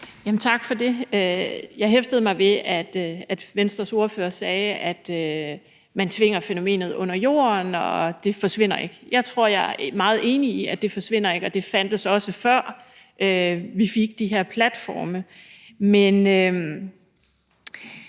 Tak for det. Jeg hæftede mig ved, at Venstres ordfører sagde, at man tvinger fænomenet under jorden, og at det ikke forsvinder. Jeg tror, jeg er meget enig i, at det ikke forsvinder, og at det også fandtes, før vi fik de her platforme, men